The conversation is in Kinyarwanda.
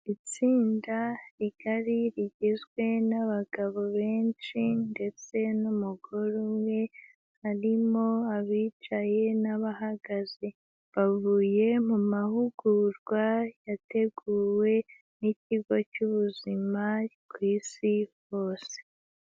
Itsinda rigari rigizwe n'abagabo benshi ndetse n'umugore umwe; harimo abicaye n'abahagaze bavuye mu mahugurwa yateguwe n'ikigo cy'ubuzima ku isi hose.